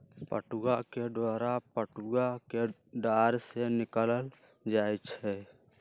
पटूआ के डोरा पटूआ कें डार से निकालल जाइ छइ